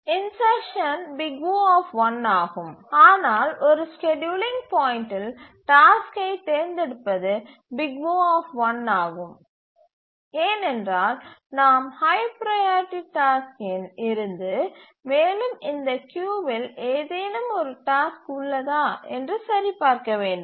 insertion O ஆகும் ஆனால் ஒரு ஸ்கேட்யூலிங் பாயிண்ட்டில் டாஸ்க்கை தேர்ந்தெடுப்பதும் O ஆகும் ஏனென்றால் நாம் ஹய் ப்ரையாரிட்டி டாஸ்க்கில் இருந்து மேலும் இந்த கியூவில் ஏதேனும் ஒரு டாஸ்க் உள்ளதா என்று சரிபார்க்க வேண்டும்